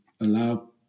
allow